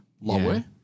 lower